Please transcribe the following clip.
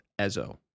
Ezo